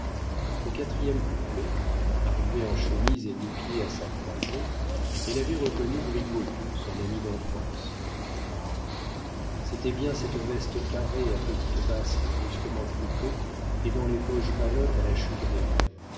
au quatrième couplet arrivée en chemise et nu-pieds à sa croisée elle avait reconnu brigaut son ami d'enfance ah c'était bien cette veste carrée à petites basques brusquement coupées et dont les poches ballottent à la chute